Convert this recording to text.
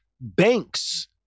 Banks